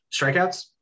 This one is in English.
strikeouts